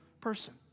person